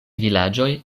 vilaĝoj